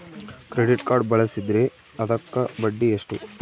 Credit card ಬಳಸಿದ್ರೇ ಅದಕ್ಕ ಬಡ್ಡಿ ಎಷ್ಟು?